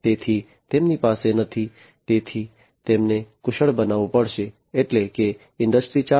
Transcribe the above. તેથી તેમની પાસે નથી તેથી તેમને કુશળ બનવું પડશે એટલે કે ઇન્ડસ્ટ્રી 4